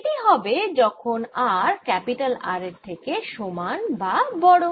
এটি হবে যখন r R এর সমান বা বড়